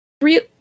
real